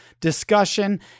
discussion